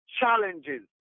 challenges